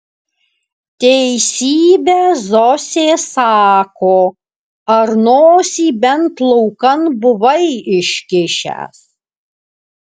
teisybę zosė sako ar nosį bent laukan buvai iškišęs